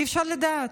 אי-אפשר לדעת.